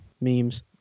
memes